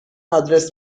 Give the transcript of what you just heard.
آدرس